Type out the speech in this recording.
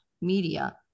media